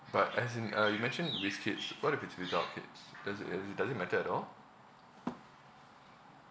but as in uh you mentioned with kids what if it's without kids does it does it does it matter at all